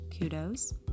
kudos